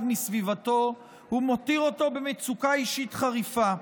מסביבתו ומותיר אותו במצוקה אישית חריפה.